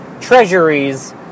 treasuries